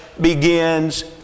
begins